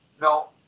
No